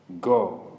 go